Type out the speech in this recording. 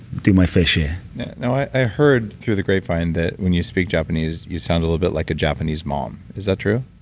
do my fair you know i heard through the grapevine that when you speak japanese, you sound a little bit like a japanese mom. is that true?